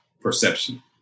perception